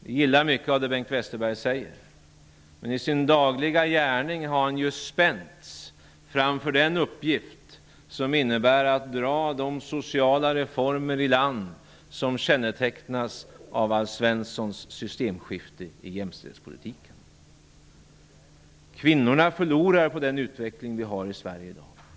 Vi gillar mycket av det Bengt Westerberg säger, men i sin dagliga gärning har han ju spänts framför uppgiften att dra de sociala reformer i land som kännetecknas av Alf Svenssons systemskifte inom jämställdhetspolitiken. Kvinnorna förlorar på den utveckling vi har i Sverige i dag.